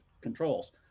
controls